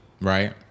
right